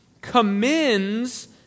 commends